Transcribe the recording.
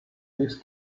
this